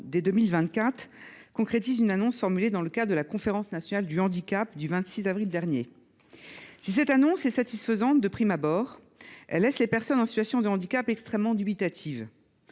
concrétise une annonce faite dans le cadre de la Conférence nationale du handicap du 26 avril dernier. Si cette annonce est satisfaisante de prime abord, elle laisse les personnes en situation de handicap extrêmement dubitatives.